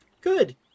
Good